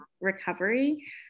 recovery